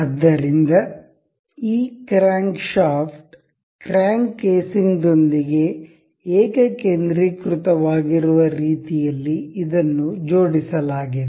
ಆದ್ದರಿಂದ ಈ crank shaft crank casing ದೊಂದಿಗೆ ಏಕ ಕೇಂದ್ರೀಕೃತವಾಗಿರುವ ರೀತಿಯಲ್ಲಿ ಇದನ್ನು ಜೋಡಿಸಲಾಗಿದೆ